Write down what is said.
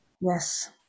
Yes